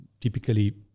typically